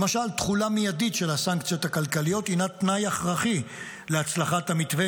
למשל תחולה מיידית של הסנקציות הכלכליות הינה תנאי הכרחי להצלחת המתווה,